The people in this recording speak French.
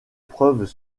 preuves